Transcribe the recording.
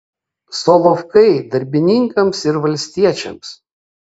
solovkai darbininkams ir valstiečiams